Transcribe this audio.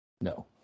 No